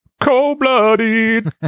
cold-blooded